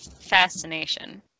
Fascination